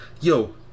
yo